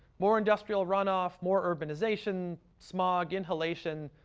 more industrial runoff, more urbanization, smog, inhalation,